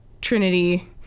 Trinity